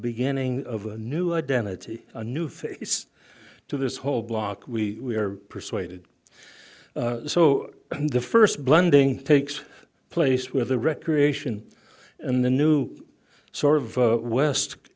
beginning of a new identity a new face to this whole block we are persuaded so the first blending takes place where the recreation and the new sort of west